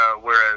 Whereas